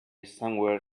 somewhere